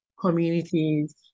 communities